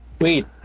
wait